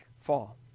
fall